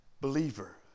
believer